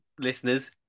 Listeners